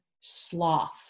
sloth